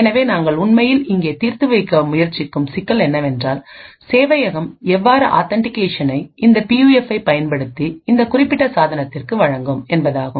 எனவே நாங்கள் உண்மையில் இங்கே தீர்த்துவைக்க முயற்சிக்கும் சிக்கல் என்னவென்றால்சேவையகம் எவ்வாறு ஆத்தன்டிகேஷனை இந்த பியூஎஃப்பை பயன்படுத்தி இந்த குறிப்பிட்ட சாதனத்திற்கு வழங்கும் என்பதாகும்